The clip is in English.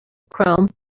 chrome